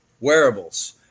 wearables